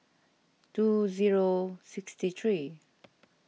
two zero six three